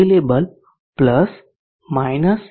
તે લેબલ